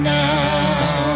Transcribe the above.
now